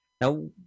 now